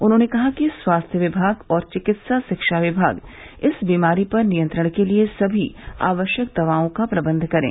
उन्होंने कहा कि स्वास्थ्य विभाग और चिकित्सा शिक्षा विभाग इस बीमारी पर नियंत्रण के लिये सभी आवश्यक दवाओं का प्रबंध करें